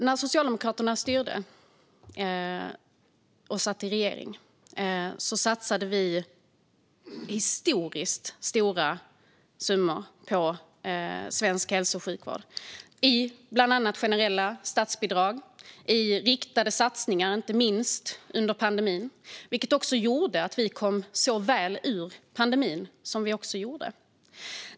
När Socialdemokraterna styrde och satt i regering satsade vi historiskt stora summor på svensk hälso och sjukvård, bland annat i generella statsbidrag och riktade satsningar, inte minst under pandemin, vilket gjorde att vi kom så väl ur pandemin som vi gjorde.